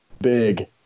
big